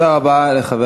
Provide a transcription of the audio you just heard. לא החוק